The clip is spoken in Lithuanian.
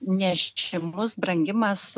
nežymus brangimas